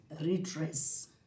redress